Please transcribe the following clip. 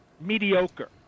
mediocre